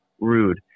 rude